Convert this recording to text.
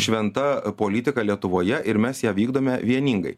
šventa politika lietuvoje ir mes ją vykdome vieningai